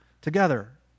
together